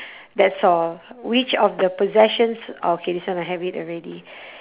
that's all which of the possessions orh okay this one I have it already